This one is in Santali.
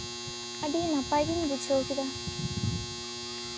ᱟᱹᱰᱤ ᱱᱟᱯᱟᱭ ᱜᱤᱧ ᱵᱩᱡᱷᱟᱹᱣ ᱠᱮᱫᱟ